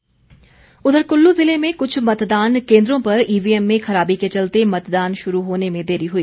कुल्लू मतदान उधर कुल्लू जिले में कुछ मतदान केन्द्रों पर ईवीएम में खराबी के चलते मतदान शुरू होने में देरी हुई